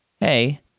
hey